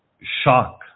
shock